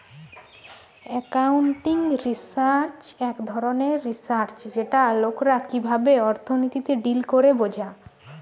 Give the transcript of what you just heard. accounting research এক ধরণের research যেটাতে লোকরা কিভাবে অর্থনীতিতে ডিল করে বোঝা